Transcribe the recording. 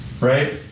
Right